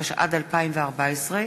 התשע"ד 2014,